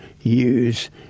use